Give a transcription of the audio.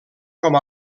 com